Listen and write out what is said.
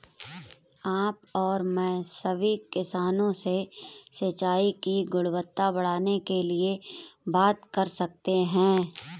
आप और मैं सभी किसानों से सिंचाई की गुणवत्ता बढ़ाने के लिए बात कर सकते हैं